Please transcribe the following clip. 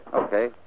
Okay